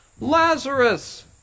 Lazarus